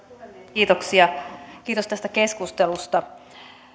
kiitoksia kiitos tästä keskustelusta